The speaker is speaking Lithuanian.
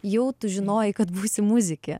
jau tu žinojai kad būsi muzikė